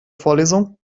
vorlesung